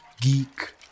Geek